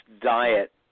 diet